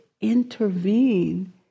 intervene